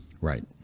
Right